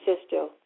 sister